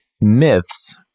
myths